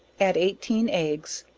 add eighteen eggs,